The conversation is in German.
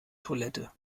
toilette